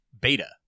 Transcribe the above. beta